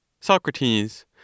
Socrates